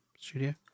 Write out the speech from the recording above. Studio